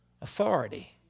authority